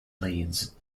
leads